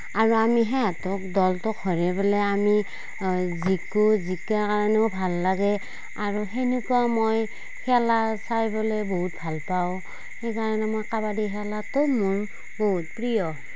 আৰু আমি সিহঁতক দলটোক হৰুৱাই পেলাই আমি জিকো জিকা কাৰণেও ভাল লাগে আৰু সেনেকুৱা মই খেলা চাই পেলাই বহুত ভাল পাওঁ সেইকাৰণে মই কাবাডী খেলাটো মোৰ বহুত প্ৰিয়